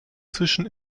zwischen